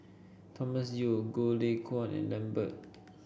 Thomas Yeo Goh Lay Kuan and Lambert